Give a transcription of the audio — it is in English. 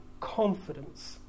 confidence